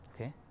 Okay